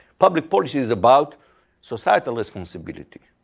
public policy is about societal responsibility.